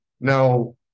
Now